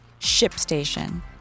ShipStation